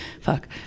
fuck